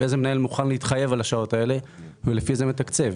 איזה מנהל מוכן להתחייב על השעות האלה ולפי זה מתקצב.